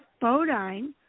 Bodine